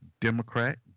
Democrat